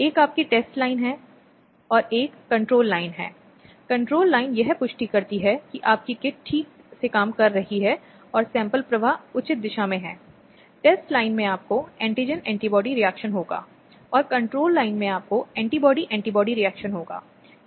यदि इस तरह की रुचि है तो यह देखने के लिए कि क्या परामर्श संभव है और उसे परिवार में वापस रखा जा सकता है